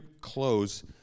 close